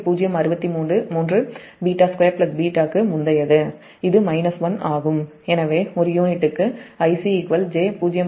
063 β2 β க்கு முந்தையது இது 1 ஆகும் எனவே ஒரு யூனிட்டுக்கு Ic j0